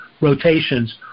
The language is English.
rotations